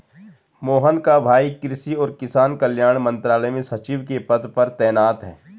मोहन का भाई कृषि और किसान कल्याण मंत्रालय में सचिव के पद पर तैनात है